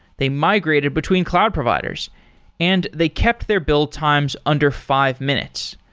they migrated between cloud providers and they kept their build times under five minutes.